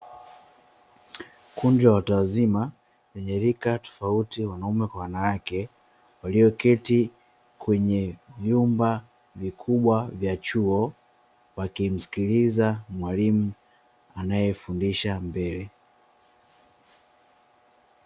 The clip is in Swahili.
Kundi la watu wazima lenye rika tofauti wanaume kwa wanawake, walioketi kwenye vyumba vikubwa vya chuo wakimsikiliza mwalimu anaye fundisha mbele.